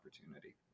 opportunity